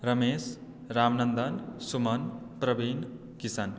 Ramesh Ramnandan Suman Praveen Kishan